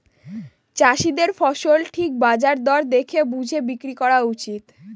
চাষীদের ফসল ঠিক বাজার দর দেখে বুঝে বিক্রি করা উচিত